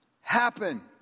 happen